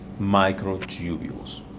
microtubules